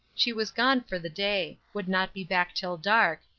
she was gone for the day would not be back till dark,